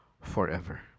forever